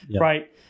right